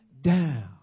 down